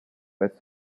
wes